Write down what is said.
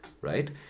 Right